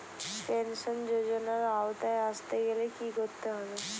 Pension যজোনার আওতায় আসতে গেলে কি করতে হবে?